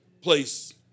place